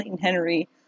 Henry